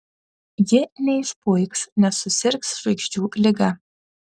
ji neišpuiks nesusirgs žvaigždžių liga